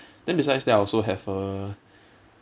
then besides that I also have a